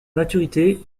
maturité